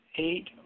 Eight